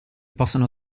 possano